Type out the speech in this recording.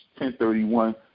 1031